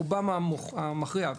רובם המכריע,